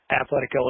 athletic